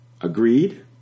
Agreed